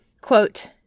Quote